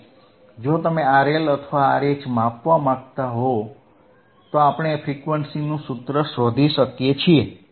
અને જો તમે RL અથવા RH માપવા માંગતા હો તો આપણે ફ્રીક્વન્સીનું સૂત્ર શોધી શકીએ છીએ